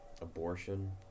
Abortion